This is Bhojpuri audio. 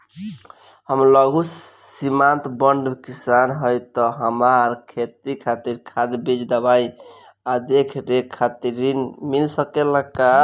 हम लघु सिमांत बड़ किसान हईं त हमरा खेती खातिर खाद बीज दवाई आ देखरेख खातिर ऋण मिल सकेला का?